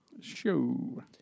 Show